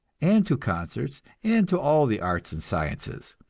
and to concerts, and to all the arts and sciences.